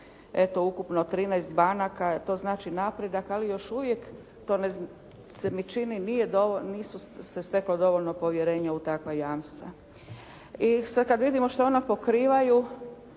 eto ukupno 13 banaka, to znači napredak, ali još uvijek to mi se čini nisu se steklo dovoljno povjerenja u takva jamstva. I sad kad vidimo što je ona pokrivaju